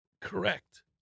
Correct